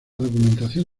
documentación